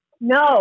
no